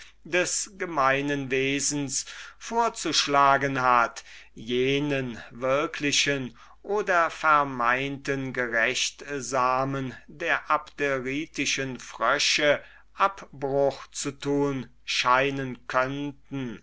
des gemeinen wesens vorzuschlagen haben möchte jenen wirklichen oder vermeinten gerechtsamen der abderitischen frösche abbruch zu tun scheinen könnten